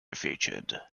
featured